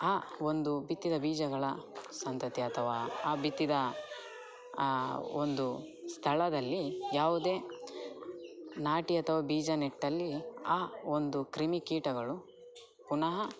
ಆ ಒಂದು ಬಿತ್ತಿದ ಬೀಜಗಳ ಸಂತತಿ ಅಥವಾ ಆ ಬಿತ್ತಿದ ಆ ಒಂದು ಸ್ಥಳದಲ್ಲಿ ಯಾವ್ದೇ ನಾಟಿ ಅಥವ ಬೀಜ ನೆಟ್ಟಲ್ಲಿ ಆ ಒಂದು ಕ್ರಿಮಿ ಕೀಟಗಳು ಪುನಃ